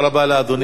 לכן אני אומר,